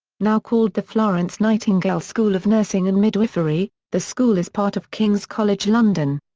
now called the florence nightingale school of nursing and midwifery, the school is part of king's college london.